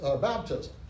baptism